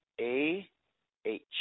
A-H